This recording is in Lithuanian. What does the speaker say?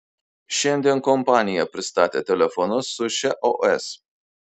šiandien kompanija pristatė telefonus su šia os